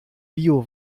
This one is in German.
bio